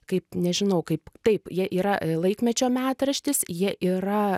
kaip nežinau kaip taip jie yra laikmečio metraštis jie yra